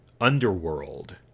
underworld